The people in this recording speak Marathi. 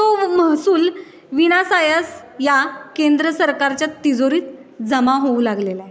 तो महसूल विनासायास या केंद्र सरकारच्या तिजोरीत जमा होऊ लागलेला आहे